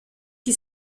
qui